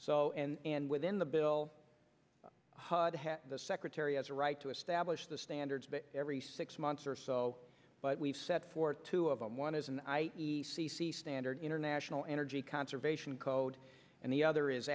mae and within the bill the secretary has a right to establish the standards every six months or so but we've set for two of them one is an eye e c c standard international energy conservation code and the other is